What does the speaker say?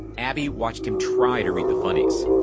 abbey watched him try to read the funnies.